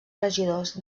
regidors